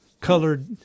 colored